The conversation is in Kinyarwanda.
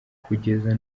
kugeza